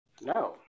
No